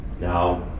now